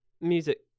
Music